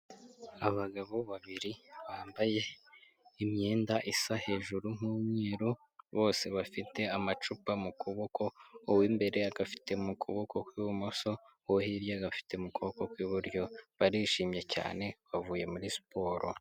Abagabo babiri bambaye imyenda isa hejuru nk'umweru, bose bafite amacupa mu kuboko, uw'imbere agafite mu kuboko kw'ibumoso, uwo hirya agafite mu kuboko kw'iburyo. Barishimye cyane bavuye muri siporo.